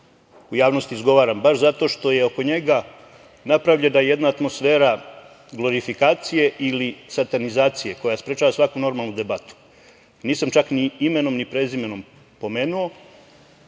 u javnosti izgovaram, baš zato što je oko njega napravljena jedna atmosfera glorifikacije ili satanizacije, koja sprečava svaku normalnu debatu, nisam čak ni imenom i prezimenom pomenuo,